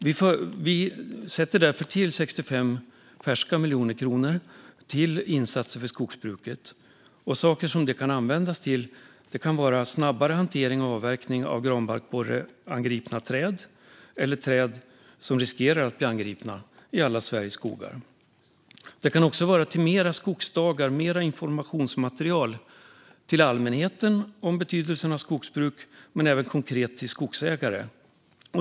Vi tillför därför 65 färska miljoner kronor till insatser för skogsbruket. Jag ska ge några exempel på saker som pengarna kan användas till. Det kan vara snabbare hantering och avverkning av granbarkborreangripna träd eller träd som riskerar att bli angripna i alla Sveriges skogar. Det kan vara fler skogsdagar och mer informationsmaterial om betydelsen av skogsbruk - till allmänheten men även konkret till skogsägare.